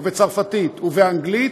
בבקשה, אדוני.